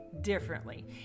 differently